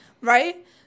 Right